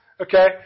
Okay